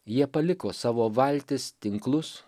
jie paliko savo valtis tinklus